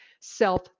self